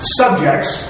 subjects